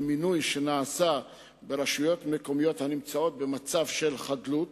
במינוי שנעשה ברשויות מקומיות הנמצאות במצב של חדלות